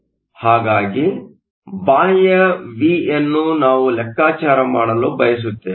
ಹಾಗಾಗಿ ಬಾಹ್ಯ ವಿಯನ್ನು ನಾವು ಲೆಕ್ಕಾಚಾರ ಮಾಡಲು ಬಯಸುತ್ತೇವೆ